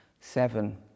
seven